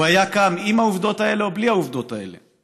הוא היה קם עם העובדות האלה או בלי העובדות האלה,